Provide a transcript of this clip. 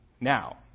now